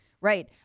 Right